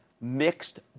mixed